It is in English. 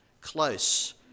close